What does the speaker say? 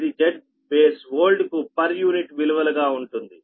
ఇది ZBase oldకు per unit విలువలు గా ఉంటుంది